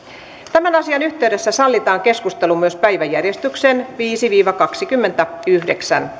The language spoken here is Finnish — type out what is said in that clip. tämän asian yhteydessä sallitaan keskustelu myös päiväjärjestyksen kohdista viides viiva kaksikymmentäyhdeksän